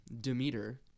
Demeter